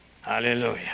Hallelujah